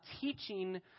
teaching